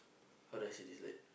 how do I say this like